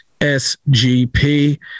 SGP